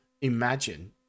imagine